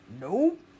Nope